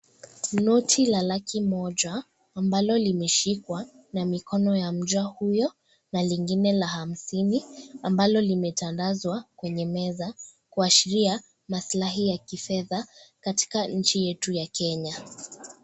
Noti la laki moja ambalo limeshikwa na mikono ya mja huyo na lingine la hamsini ambalo limetandazwa kwenye meza kuashiria masilahi ya kifedha katika nchi yetu ya kenya.